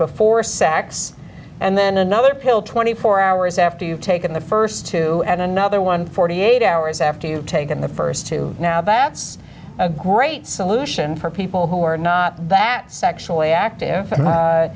before sex and then another pill twenty four hours after you've taken the st two and another one hundred and forty eight hours after you've taken the st two now that's a great solution for people who are not that sexually active